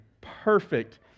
Perfect